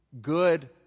good